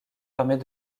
permet